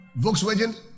Volkswagen